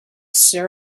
some